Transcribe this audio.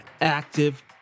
active